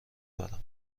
برم